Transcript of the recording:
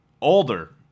older